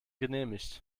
genehmigt